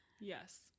Yes